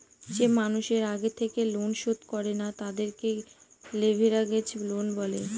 যে মানুষের আগে থেকে লোন শোধ করে না, তাদেরকে লেভেরাগেজ লোন বলে